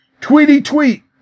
Tweety-tweet